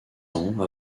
ans